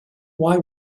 why